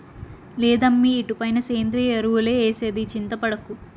లేదమ్మీ ఇటుపైన సేంద్రియ ఎరువులే ఏసేది చింతపడకు